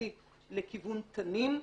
משמעותי לכיוון תנים.